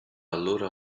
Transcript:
allora